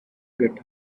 get